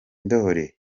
ndoli